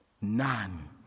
none